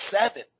seven